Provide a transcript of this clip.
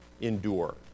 endure